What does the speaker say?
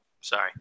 Sorry